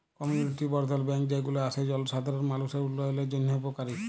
community বর্ধল bank যে গুলা আসে জলসাধারল মালুষের উল্যয়নের জন্হে উপকারী